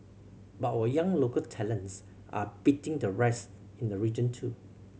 but our young local talents are beating the rest in the region too